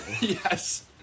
Yes